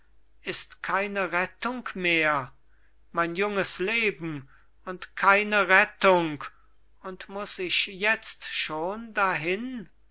ist keine rettung mehr mein junges leben und keine rettung und muß ich jetzt schon dahin